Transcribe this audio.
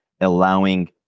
allowing